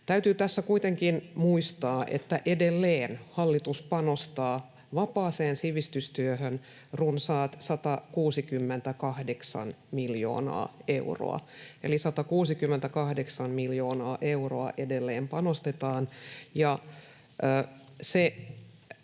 Täytyy tässä kuitenkin muistaa, että edelleen hallitus panostaa vapaaseen sivistystyöhön runsaat 168 miljoonaa euroa — eli 168 miljoonaa euroa edelleen panostetaan.